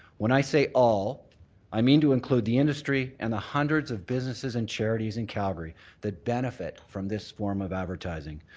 when i say all i mean to include the industry and the hundreds of businesses and charities in calgary that benefit from this form of advertising.